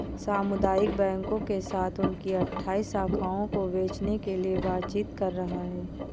सामुदायिक बैंकों के साथ उनकी अठ्ठाइस शाखाओं को बेचने के लिए बातचीत कर रहा है